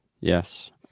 Yes